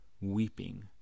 weeping